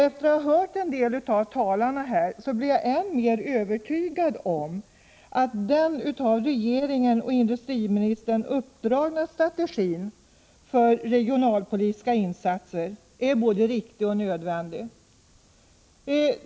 Efter att ha hört några av talarna här blir jag än mer övertygad om att den av regeringen och industriministern uppdragna strategin för regionalpolitiska insatser är både riktig och nödvändig.